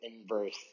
inverse